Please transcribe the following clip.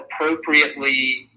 appropriately